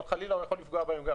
אבל חלילה זה יכול גם לפגוע בהם.